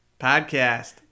Podcast